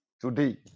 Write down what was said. today